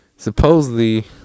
Supposedly